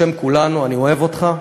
בשם כולנו: אני אוהב אותך.